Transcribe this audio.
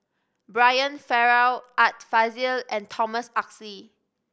Brian Farrell Art Fazil and Thomas Oxley